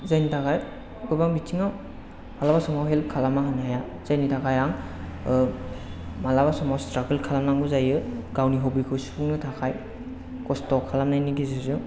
जायनि थाखाय गोबां बिथिंयाव मालाबा समाव हेल्प खालामना होनो हाया जायनि थाखाय आं मालाबा समाव स्थ्रागोल खालामनांगौ जायो गावनि हब्बिखौ सुफुंनो थाखाय खस्थ' खालामनायनि गेजेरजों